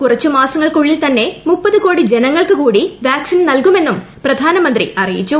കുറച്ചുമാസ്ങ്ങൾക്കുള്ളിൽ തന്നെ ദാ കോടി ജനങ്ങൾക്കുകൂടി വാക്സ്വിൻ ഗ്നൽകുമെന്നും പ്രധാനമന്ത്രി അറിയിച്ചു